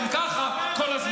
אתם עושים את זה כל הזמן גם ככה.